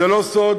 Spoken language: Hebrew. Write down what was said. זה לא סוד